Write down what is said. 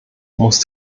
muss